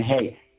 hey